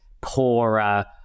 poorer